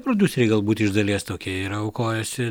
prodiuseriai galbūt iš dalies tokie yra aukojasi